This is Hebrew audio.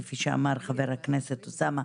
כפי שאמר חבר הכנסת אוסאמה,